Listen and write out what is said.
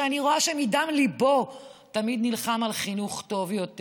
שאני רואה שמדם ליבו תמיד נלחם על חינוך טוב יותר.